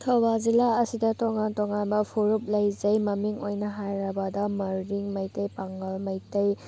ꯊꯧꯕꯥꯜ ꯖꯤꯜꯂꯥ ꯑꯁꯤꯗ ꯇꯣꯉꯥꯟ ꯇꯣꯉꯥꯟꯕ ꯐꯨꯔꯨꯞ ꯂꯩꯖꯩ ꯃꯃꯤꯡ ꯑꯣꯏꯅ ꯍꯥꯏꯔꯕꯗ ꯃꯔꯤꯡ ꯃꯩꯇꯩ ꯄꯥꯉꯜ ꯃꯩꯇꯩ